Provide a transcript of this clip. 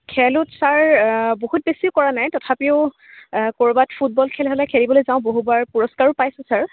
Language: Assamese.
খেলো ছাৰ বহুত বেছি কৰা নাই তথাপিও ক'ৰবাত ফুটবল খেল হ'লে খেলিবলৈ যাওঁ বহুবাৰ পুৰস্কাৰো পাইছোঁ ছাৰ